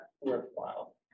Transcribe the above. worthwhile